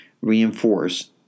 reinforce